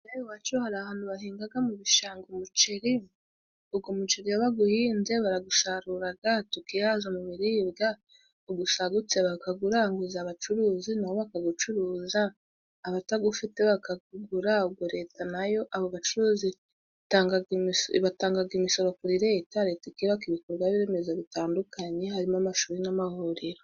Aba iwacu hari ahantu bahingaga mu bishanga umuceri ugo muceri iyo baguhinze baragusaruraga tukihaza mu biribwa. Ugusagutse bakaguranguza abacuruzi naboabakagucuruza abatagufite bakagura ubwo leta nayo abo bacuruzi batangaga imisoro kuri leta tukibaka ibikogwaremezo bitandukanye harimo amashuri n'amavuriro.